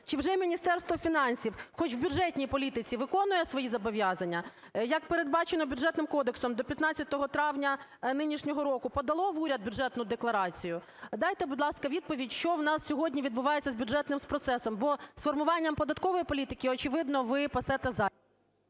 Чи вже Міністерство фінансів хоч в бюджетній політиці виконує свої зобов'язання? Як передбачено Бюджетним кодексом, до 15 травня нинішнього року подало в уряд Бюджетну декларацію? Дайте, будь ласка, відповідь, що у нас сьогодні відбувається з бюджетним процесом, бо з формуванням податкової політики, очевидно, ви пасете…